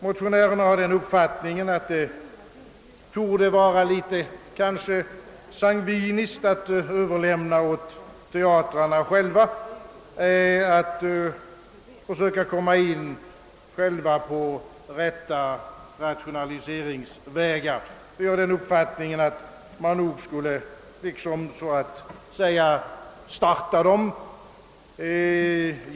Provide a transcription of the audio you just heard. Motionärerna menar, att det torde vara litet väl sangviniskt att överlämna åt teatrarna att själva söka komma in på de rätta rationaliseringsvägarna, och jag har den uppfattningen, att man nog borde hjälpa dem i starten.